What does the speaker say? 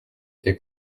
été